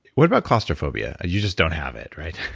what about claustrophobia? you just don't have it. right?